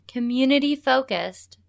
Community-focused